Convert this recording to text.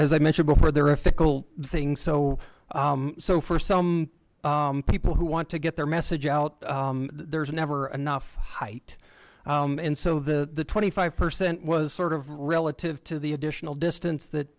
as i mentioned before there are ethical things so so for some people who want to get their message out there's never enough height and so the twenty five percent was sort of relative to the additional distance that